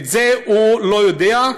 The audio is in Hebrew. את זה הוא לא יודע.